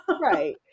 Right